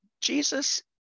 jesus